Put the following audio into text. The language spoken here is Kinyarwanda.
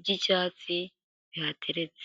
by'icyatsi bihateretse.